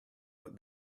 what